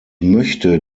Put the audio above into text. möchte